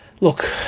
look